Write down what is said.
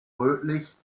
rötlich